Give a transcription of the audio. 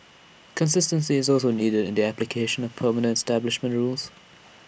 consistency is also needed in the application of permanent establishment rules